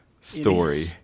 story